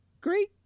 great